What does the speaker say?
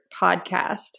podcast